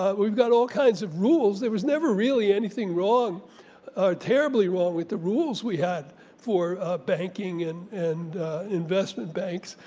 ah we've got all kinds of rules. there was never really anything terribly wrong with the rules we had for banking and and investment banks.